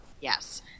yes